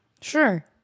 Sure